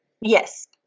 yes